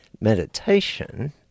Meditation